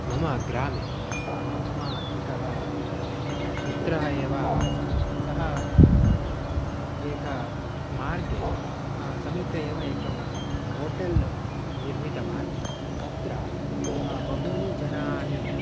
मम ग्रामे मम एकः मित्रः एव आसन् सः एक मार्गे समीपे एव एकं होटेल् निर्मितवान् तत्र बहूनि जनाः